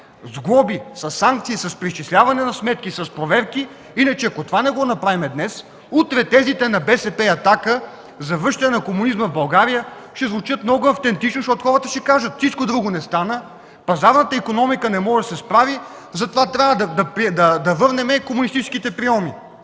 с глоби, със санкции, с преизчисляване на сметки, с проверки. Ако това не го направим днес, утре тезите на БСП и „Атака” за връщане на комунизма в България ще звучат много автентично, защото хората ще кажат: „Пазарната икономика не може да се справи, затова трябва да върнем комунистическите прийоми”.